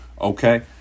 okay